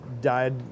died